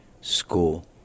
school